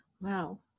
Wow